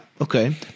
okay